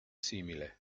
simile